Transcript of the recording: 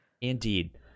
Indeed